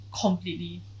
completely